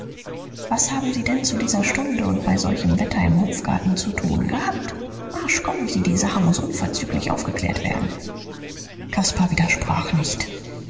was haben sie denn zu dieser stunde und bei solchem wetter im hofgarten zu tun gehabt marsch kommen sie die sache muß unverzüglich aufgeklärt werden caspar widersprach nicht